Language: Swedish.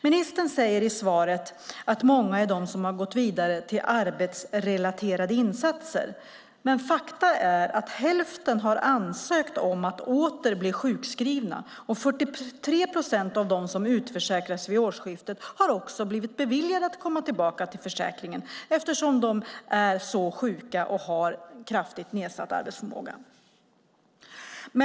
Ministern säger i svaret att det är många som har gått vidare till arbetsrelaterade insatser. Fakta är dock att hälften har ansökt om att åter bli sjukskrivna. Av dem som utförsäkrats vid årsskiftet har 43 procent också blivit beviljade att komma tillbaka till försäkringen eftersom de är så sjuka och har kraftigt nedsatt arbetsförmåga.